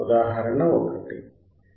ఉదాహరణ 1